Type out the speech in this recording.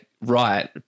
right